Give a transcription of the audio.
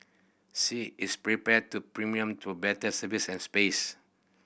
she is prepared to premium to better service and space